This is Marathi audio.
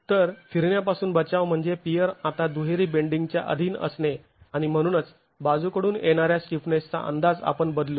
तर फिरण्यापासून बचाव म्हणजे पियर आता दुहेरी बेंडींगच्या अधीन असणे आणि म्हणूनच बाजूकडून येणाऱ्या स्टिफनेसचा अंदाज आपण बदलू